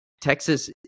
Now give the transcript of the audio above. Texas